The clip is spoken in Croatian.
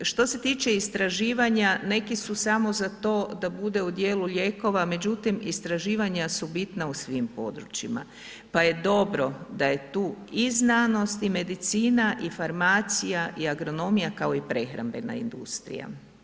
Što se tiče istraživanja neki su samo za to da bude u dijelu lijekova međutim istraživanja su bitna u svim područjima, pa je dobro da je tu i znanost i medicina i farmacija i agronomija kao i prehrambena industrija.